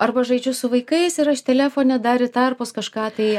arba žaidžiu su vaikais ir aš telefone dar į tarpus kažką tai